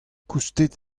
koustet